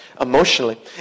emotionally